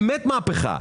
באמת מהפכה,